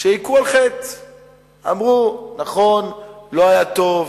שהכו על חטא ואמרו: נכון, לא היה טוב,